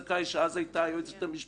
שהיתה אז היועצת המשפטית,